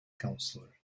counselor